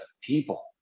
people